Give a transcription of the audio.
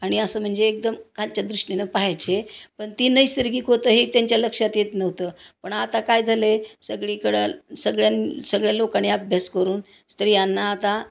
आणि असं म्हणजे एकदम खालच्या दृष्टीनं पाहायचे पण ती नैसर्गिक होतं हे त्यांच्या लक्षात येत नव्हतं पण आता काय झालं आहे सगळीकडं सगळ्यां सगळ्या लोकांनी अभ्यास करून स्त्रियांना आता